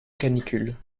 canicule